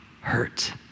hurt